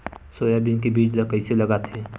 Soybean के बीज ल कइसे लगाथे?